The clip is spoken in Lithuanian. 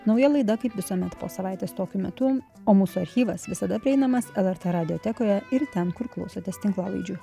nauja laida kaip visuomet po savaitės tokiu metu o mūsų archyvas visada prieinamas lrt radiotekoje ir ten kur klausotės tinklalaidžių